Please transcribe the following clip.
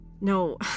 No